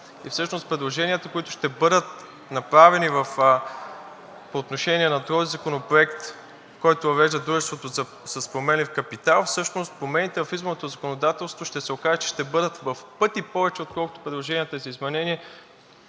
и всъщност предложенията, които ще бъдат направени по отношение на друг законопроект, който въвежда дружеството с променлив капитал, промените в изборното законодателство ще се окаже, че ще бъдат в пъти повече, отколкото предложенията за изменение